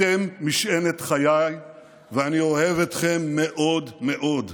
אתם משענת חיי ואני אוהב אתכם מאוד מאוד.